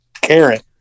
carrot